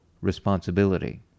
responsibility